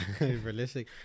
realistic